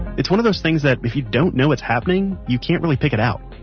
it's one of those things that if you don't know what's happening, you can't really pick it out.